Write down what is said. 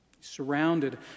Surrounded